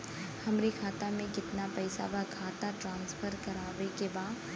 हमारे खाता में कितना पैसा बा खाता ट्रांसफर करावे के बा?